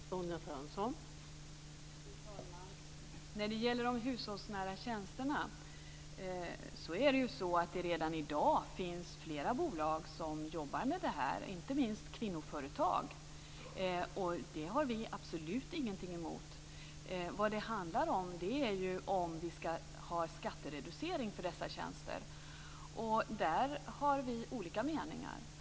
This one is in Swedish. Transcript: Fru talman! När det gäller de hushållsnära tjänsterna finns det redan i dag flera bolag som jobbar med det, inte minst kvinnoföretag. Det har vi absolut ingenting emot. Vad det handlar om är om vi skall ha skattereducering för dessa tjänster. På den punkten har vi olika meningar.